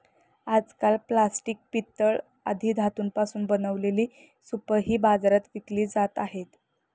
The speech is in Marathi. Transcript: आजकाल प्लास्टिक, पितळ आदी धातूंपासून बनवलेले सूपही बाजारात विकले जात आहेत